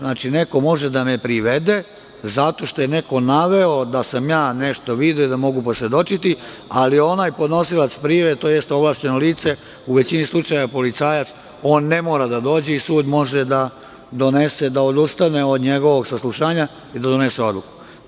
Znači, neko može da me privede zato što je neko naveo da sam ja nešto video i da mogu posvedočiti, ali onaj podnosilac prijave tj. ovlašćeno lice, u većini slučajeva policajac, on ne mora da dođe i sud može da donese, da odustane od njegovog saslušanja i da donese odluku.